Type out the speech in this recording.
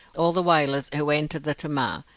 all the whalers who entered the tamar,